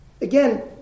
Again